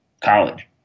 college